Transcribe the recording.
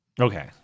Okay